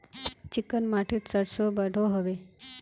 Chicken माटित सरसों बढ़ो होबे?